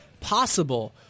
possible